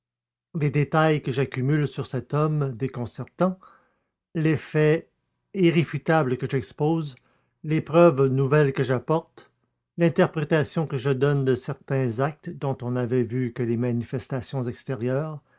les détails que j'accumule sur cet homme déconcertant les faits irréfutables que j'expose les preuves nouvelles que j'apporte l'interprétation que je donne de certains actes dont on n'avait vu que les manifestations extérieures